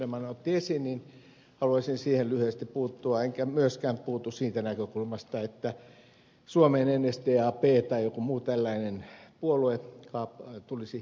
söderman otti esiin niin haluaisin siihen lyhyesti puuttua enkä myöskään puutu siitä näkökulmasta että suomeen nsdap tai joku muu tällainen puolue tulisi valtaan